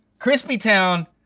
crispy town,